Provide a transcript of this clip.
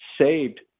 saved